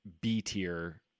B-tier